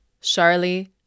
Charlie